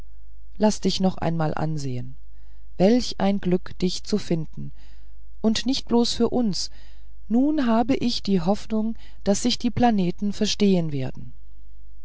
laß dich noch einmal ansehen welch ein glück dich zu finden und nicht bloß für uns nun habe ich die hoffnung daß sich die planeten verstehen werden